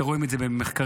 רואים את זה במחקרים